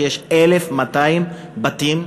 שיש 1,200 בתים,